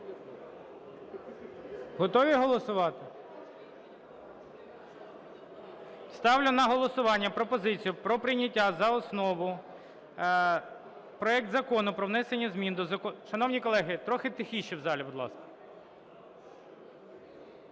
Готові голосувати? Ставлю на голосування пропозицію про прийняття за основу проекту Закону про внесення змін до Закону… (Шум у залі) Шановні колеги, трохи тихіше в залі, будь ласка.